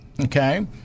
Okay